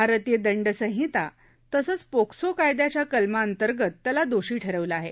भारतीय दंड संहिता तसंच पोक्सो कायदयाच्या कलमांतर्गत त्याला दोषी ठरवलं आहे